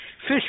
Fish